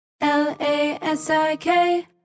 L-A-S-I-K